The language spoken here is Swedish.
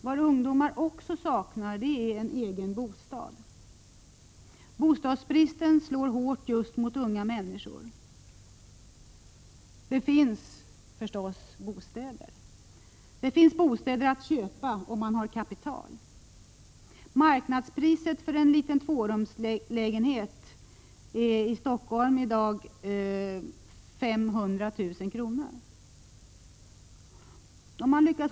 Vad ungdomar också saknar är en egen bostad. Bostadsbristen slår hårt just mot unga människor. Det finns förstås bostäder att köpa — om man har kapital. Marknadspriset för en liten tvårumslägenhet ligger i dag i Stockholm på 500 000 kr.